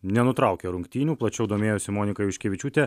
nenutraukė rungtynių plačiau domėjosi monika juškevičiūtė